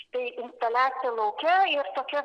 štai instaliacija lauke ir tokia